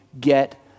get